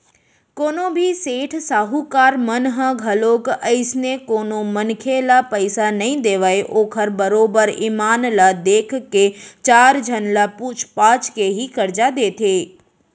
कोनो भी सेठ साहूकार मन ह घलोक अइसने कोनो मनखे ल पइसा नइ देवय ओखर बरोबर ईमान ल देख के चार झन ल पूछ पाछ के ही करजा देथे